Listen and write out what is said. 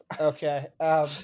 Okay